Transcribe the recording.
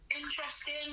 interesting